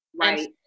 Right